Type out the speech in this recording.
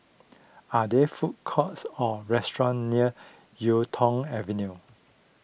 are there food courts or restaurants near Yuk Tong Avenue